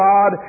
God